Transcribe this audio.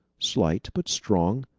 slight but strong,